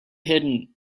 hidden